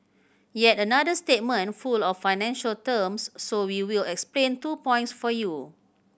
yet another statement full of financial terms so we will explain two points for you